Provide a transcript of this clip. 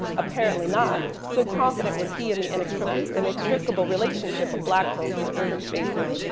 apparently not. so confident was he in the inextricable inextricable relationship of black folks to urban spaces,